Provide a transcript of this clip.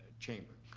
chamber.